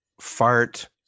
fart